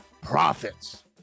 profits